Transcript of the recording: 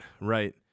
Right